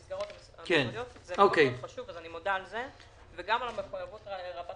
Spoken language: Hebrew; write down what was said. אז אני מודה על זה וגם על המחויבות רבת